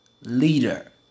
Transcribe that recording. leader